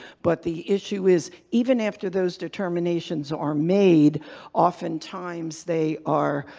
but the issue is, even after those determinations are made often times they are.